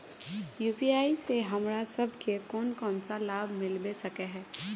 UPI से हमरा सब के कोन कोन सा लाभ मिलबे सके है?